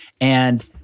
And-